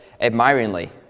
admiringly